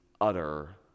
utter